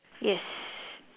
yes